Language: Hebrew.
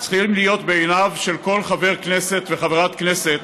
צריכים להיות בעיניו של כל חבר וחברת כנסת